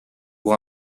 cour